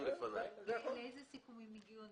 לאיזה סיכומים הגיעו?